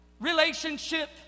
relationship